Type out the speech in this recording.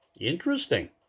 interesting